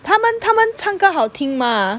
她们她们唱歌好听吗